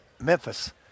Memphis